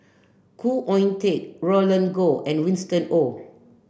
Khoo Oon Teik Roland Goh and Winston Oh